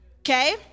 Okay